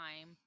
time